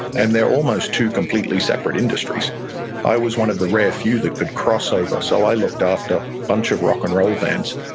and they're almost two completely separate industries i was one of the rare few that could cross over. so i looked after a bunch of rock and roll bands,